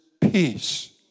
peace